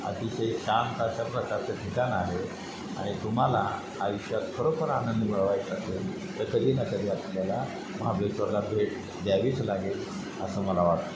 अतिशय शांत अशा प्रकारचं ठिकाण आहे आणि तुम्हाला आयुष्यात खरोखर आनंद मिळवायचा असेल तर कधी ना कधी आपल्याला महाबेश्वरला भेट द्यावीच लागेल असं मला वाटतं